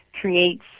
creates